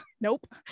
nope